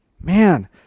man